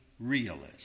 Realist